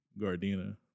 Gardena